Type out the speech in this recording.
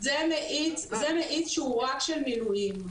זה מאיץ שהוא רק של מילואים.